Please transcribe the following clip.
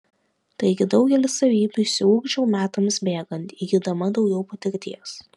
taigi daugelį savybių išsiugdžiau metams bėgant įgydama daugiau patirties